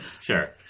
Sure